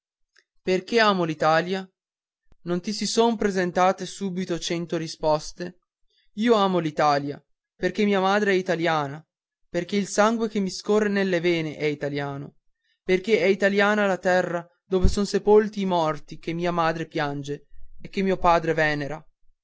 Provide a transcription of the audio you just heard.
l'italia perché amo l'italia non ti si son presentate subito cento risposte io amo l'italia perché mia madre è italiana perché il sangue che mi scorre nelle vene è italiano perché è italiana la terra dove son sepolti i morti che mia madre piange e che mio padre venera